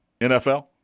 NFL